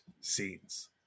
scenes